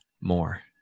more